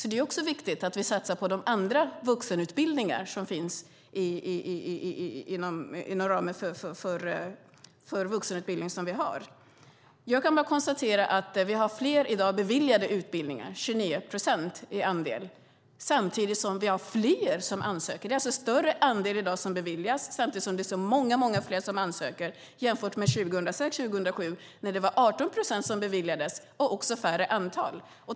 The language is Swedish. Det är också viktigt att vi satsar på de andra vuxenutbildningar som finns inom ramen för den vuxenutbildning vi har. Jag konstaterar att vi i dag har fler beviljade utbildningar - 29 procent i andel - samtidigt som vi har fler som ansöker. Det är större andel i dag som beviljas samtidigt som det är många fler som ansöker jämfört med 2006 och 2007 när 18 procent beviljades och också färre i antal.